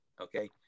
okay